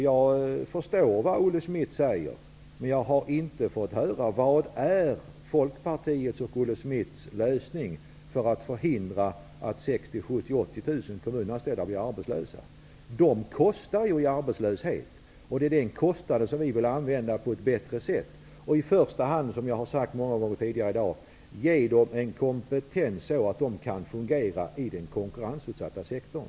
Jag förstår vad Olle Schmidt säger, men jag har inte fått veta vilken lösning som Folkpartiet och Olle Arbetslösheten kostar pengar, och dessa pengar vill vi använda på ett bättre sätt. I första hand vill vi, som jag har sagt många gånger tidigare i dag, ge dessa anställda en sådan kompetens att de kan fungera i den konkurrensutsatta sektorn.